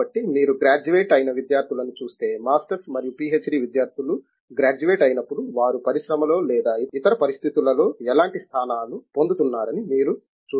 కాబట్టి మీరు గ్రాడ్యుయేట్ అయిన విద్యార్థులను చూస్తే మాస్టర్స్ మరియు పిహెచ్డి విద్యార్థులు గ్రాడ్యుయేట్ అయినప్పుడు వారు పరిశ్రమలో లేదా ఇతర పరిస్థితులలో ఎలాంటి స్థానాలు పొందుతున్నారని మీరు చూస్తారు